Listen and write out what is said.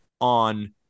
on